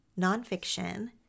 nonfiction